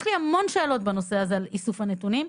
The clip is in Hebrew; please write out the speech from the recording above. יש לי המון שאלות בנושא הזה על איסוף הנתונים,